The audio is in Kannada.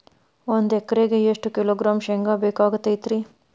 ಒಂದು ಎಕರೆಗೆ ಎಷ್ಟು ಕಿಲೋಗ್ರಾಂ ಶೇಂಗಾ ಬೇಕಾಗತೈತ್ರಿ?